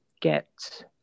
get